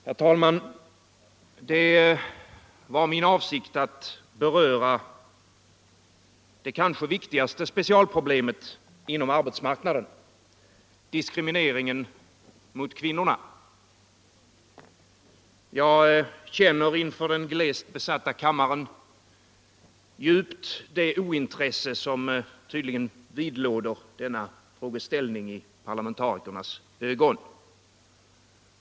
Herr talman! Det var min avsikt att beröra det kanske viktigaste specialproblemet inom arbetsmarknaden — diskrimineringen av kvinnorna. Jag känner inför den glest besatta kammaren djupt det ointresse som tydligen vidlåder denna frågeställning i parlamentarikernas ögon.